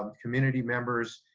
um community members,